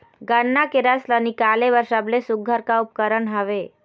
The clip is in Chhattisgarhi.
गन्ना के रस ला निकाले बर सबले सुघ्घर का उपकरण हवए?